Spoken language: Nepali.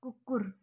कुकुर